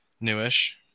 Newish